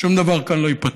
שום דבר כאן לא ייפתר.